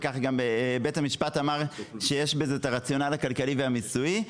וגם בית המשפט אמר שיש בזה רציונל כלכלי ומיסויי.